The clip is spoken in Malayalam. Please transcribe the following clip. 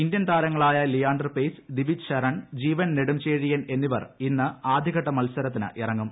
ഇന്ത്യൻ താരങ്ങളായ ലിയാണ്ടർ പേയ്സ് ദിവിജ് ഷരൺ ജീവൻ നെടുംചേഴിയൻ എന്നിവർ ഇന്ന് ആദ്യഘട്ട മൽസരത്തിനിറങ്ങും